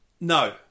no